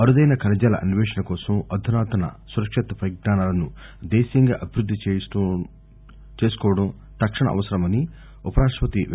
అరుదైన ఖనిజాల అన్వేషణ కోసం అధునాతన సురక్షిత పరిజ్ఞానాలను దేశీయంగా అభివృద్ది చేసుకోవటం తక్షణ అవసరమని ఉపరాష్టపతి ఎం